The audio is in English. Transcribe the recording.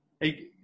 Hey